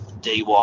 DY